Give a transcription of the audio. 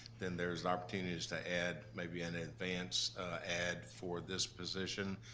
then there's opportunities to add maybe an ah advance ad for this position,